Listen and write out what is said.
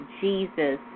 Jesus